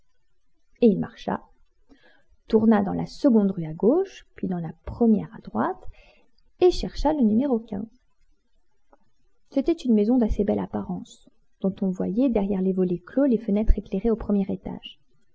et il marcha tourna dans la seconde rue à gauche puis dans la première à droite et chercha le numéro c'était une maison d'assez belle apparence dont on voyait derrière les volets clos les fenêtres éclairées au premier étage